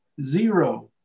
zero